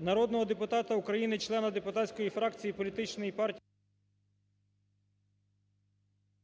Народного депутата України, члена депутатської фракції політичної партії…